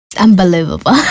unbelievable